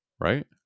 right